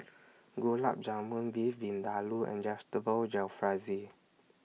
Gulab Jamun Beef Vindaloo and Vegetable Jalfrezi